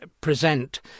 present